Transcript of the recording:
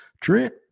Trent